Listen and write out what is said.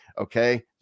Okay